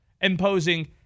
imposing